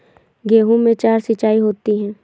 गेहूं में चार सिचाई होती हैं